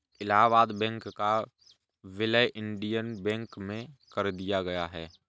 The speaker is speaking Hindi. इलाहबाद बैंक का विलय इंडियन बैंक में कर दिया गया है